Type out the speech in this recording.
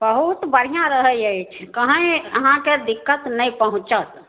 बहुत बढ़िआँ रहै अछि कहि अहाँके दिक्कत नहि पहुँचत